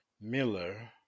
Miller